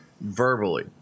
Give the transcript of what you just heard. verbally